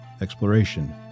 exploration